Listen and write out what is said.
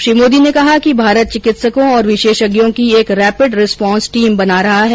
श्री मोदी ने कहा कि भारत चिकित्सकों और विशेषज्ञों की एक रैपिड रिस्पांस टीम बना रहा है